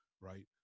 right